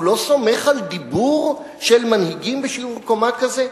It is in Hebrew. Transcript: הוא לא סומך על דיבור של מנהיגים בשיעור קומה כזה?